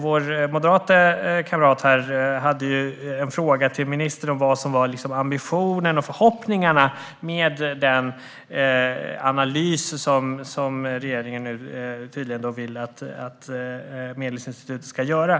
Vår moderate kamrat här hade en fråga till ministern om vad som är ambitionen och förhoppningen med den analys som regeringen nu tydligen vill att Medlingsinstitutet ska göra.